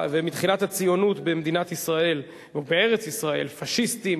ומתחילת הציונות במדינת ישראל או בארץ-ישראל: פאשיסטים,